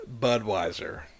Budweiser